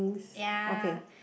ya